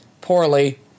poorly